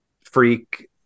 freak